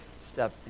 step